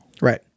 Right